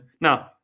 Now